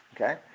Okay